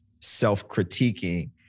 self-critiquing